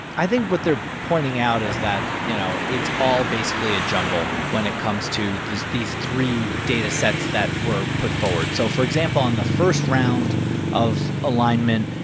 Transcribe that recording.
i think what they're pointing out is that, you know, it's all basically a jumble when it comes to these these three datasets that were put forward. so for example, in the first round of alignment,